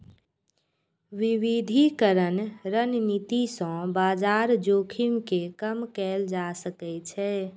विविधीकरण रणनीति सं बाजार जोखिम कें कम कैल जा सकै छै